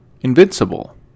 Invincible